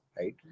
right